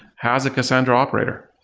has a cassandra operator.